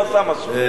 למה אתה מפריע?